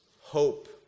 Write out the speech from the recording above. hope